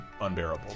unbearable